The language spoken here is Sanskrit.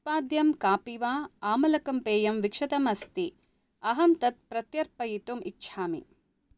उत्पाद्यं कापिवा आमलकं पेयं विक्षतम् अस्ति अहं तत् प्रत्यर्पयितुम् इच्छामि